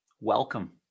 Welcome